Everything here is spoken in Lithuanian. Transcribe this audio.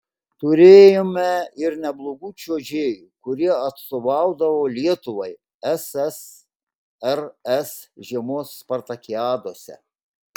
turėjome ir neblogų čiuožėjų kurie atstovaudavo lietuvai ssrs žiemos spartakiadose